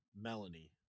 melanie